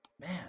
man